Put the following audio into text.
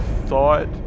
thought